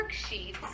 worksheets